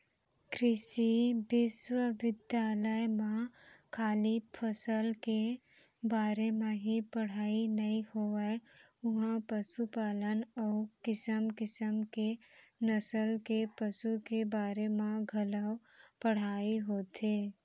कृषि बिस्वबिद्यालय म खाली फसल के बारे म ही पड़हई नइ होवय उहॉं पसुपालन अउ किसम किसम के नसल के पसु के बारे म घलौ पढ़ाई होथे